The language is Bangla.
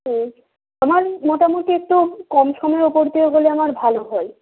হুম আমার মোটামুটি একটু কম সমের ওপর দিয়ে হলে আমার ভালো হয়